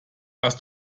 hast